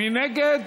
מי נגד?